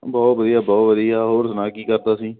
ਬਹੁਤ ਵਧੀਆ ਬਹੁਤ ਵਧੀਆ ਹੋਰ ਸੁਣਾ ਕੀ ਕਰਦਾ ਸੀ